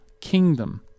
kingdom